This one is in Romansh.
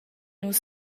nus